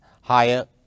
higher